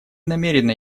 намерена